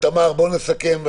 תמר, בואי נסכם.